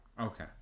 okay